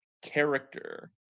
Character